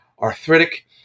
arthritic